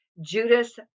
Judas